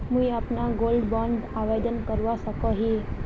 मुई अपना gold bond आवेदन करवा सकोहो ही?